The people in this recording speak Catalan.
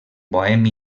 bohemi